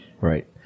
Right